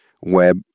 web